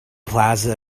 plaza